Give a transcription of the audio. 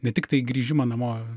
ne tiktai grįžimą namo